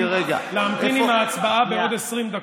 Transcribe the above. המציעים, להמתין עם ההצבעה עוד 20 דקות.